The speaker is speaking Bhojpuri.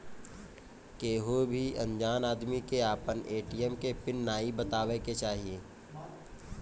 केहू भी अनजान आदमी के आपन ए.टी.एम के पिन नाइ बतावे के चाही